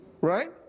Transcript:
right